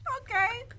okay